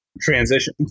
transition